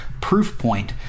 Proofpoint